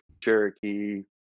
Cherokee